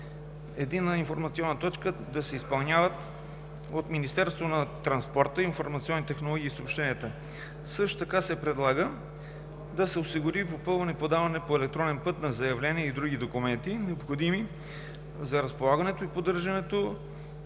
Единна информационна точка да се изпълняват от Министерството на транспорта, информационните технологии и съобщенията. Също така се предлага да се осигури попълване и подаване по електронен път на заявления и други документи, необходими за изграждането на съобщителните